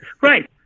Right